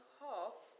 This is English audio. half